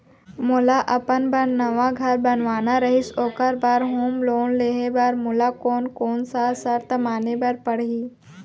मोला अपन बर नवा घर बनवाना रहिस ओखर बर होम लोन लेहे बर मोला कोन कोन सा शर्त माने बर पड़ही?